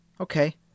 okay